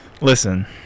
listen